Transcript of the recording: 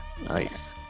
Nice